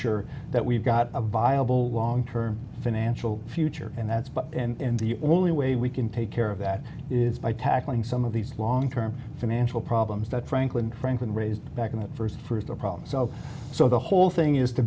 sure that we've got a viable long term financial future and that's but and the only way we can take care of that is by tackling some of these long term financial problems that franklin franklin raised back in the first through the problem so so the whole thing is to